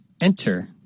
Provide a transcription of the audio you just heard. Enter